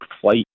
flight